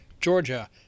Georgia